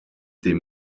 des